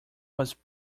was